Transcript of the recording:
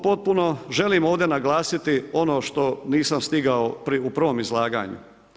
Potpuno želim ovdje naglasiti ono što nisam stigao u prvom izlaganju.